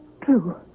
true